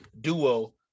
duo